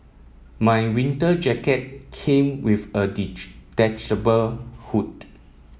my winter jacket came with a hood